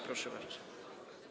Proszę bardzo.